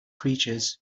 creatures